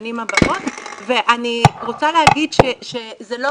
בשנים הבאות ואני רוצה להגיד שזה לא